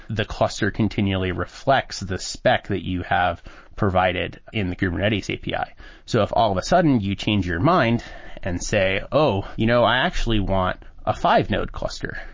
the cluster continually reflects the spec that you have provided in the kubernetes api. so if all of a sudden you change your mind and say, oh! you know i actually want a five node cluster.